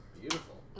Beautiful